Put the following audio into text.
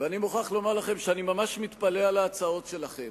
ואני מוכרח לומר לכם שאני ממש מתפלא על ההצעות שלכם,